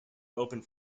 opened